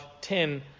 10